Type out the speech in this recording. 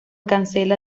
cancela